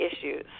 issues